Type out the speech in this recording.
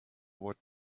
what